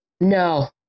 No